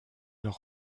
leur